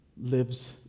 lives